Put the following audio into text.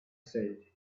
said